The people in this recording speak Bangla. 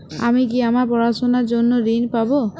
আমি কি আমার পড়াশোনার জন্য ঋণ পাব?